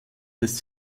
des